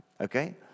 Okay